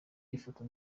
ifoto